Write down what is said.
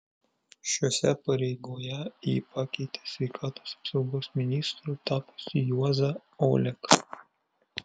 šiose pareigoje ji pakeitė sveikatos apsaugos ministru tapusį juozą oleką